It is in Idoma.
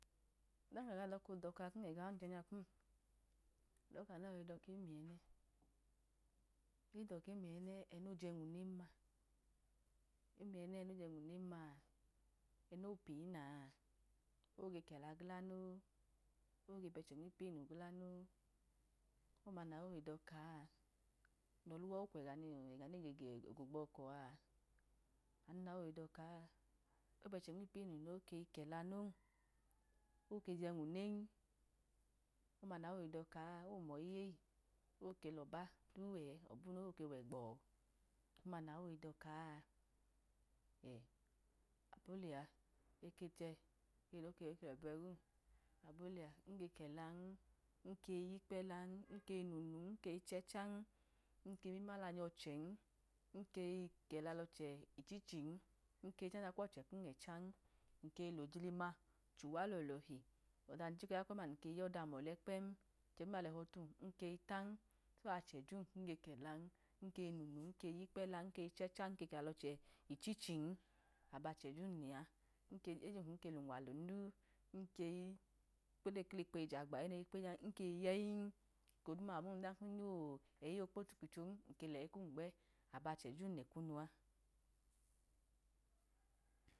Ọdan ka ga dọka kum ẹga ọnchọnya kum dọka amo idọka omeyi, eyidọ komeyi nyal ẹnoje nwunem ma? Ẹno piyina? Oge kẹla gla no, oge bẹchẹ nmipunu gla no, ọma nawọ oyi dọka? Ọluwa okwẹga nuwa oge gbọkọ? Anu nawọ oyidọka, oye bẹchẹ nmipunu no ake yi kẹla, non, oke jẹ nwunen, ọma nawọ ayi dọka? Ọma nawọ oyidọka? Ẹh! Eke chẹ elọbiwẹgum, abọ lẹa nge kẹlano, nkeyi yukpelan, nkeyi nunu nkeyi chẹchan, nkeyi mimalayi ọchẹn, nkeyi kẹla lọchẹ ihichin, nkeyi chanya kwọchẹ kum ẹchan, nkeyi lojilima chuwa lọlọhi ọda nun chika oya kpem-ma nge yọdam ọlẹ kpẹm, ọchẹ duma lẹhọ tum nge tan, so achẹ, jum kum ge kẹlan, nge nunu nge yukpẹlan, nge chechan, nge kẹla lọchẹ ichichun, so abachẹ jum lẹa ejum kum ke lunwahum, du, nkeyi kpoeyi klikpeyi jagban nkeyi yẹyin, eko du namum ọdan kum lẹyi kpo kwichi n ke lẹyi gbẹ, abachẹ jumlẹ kunu.